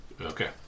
Okay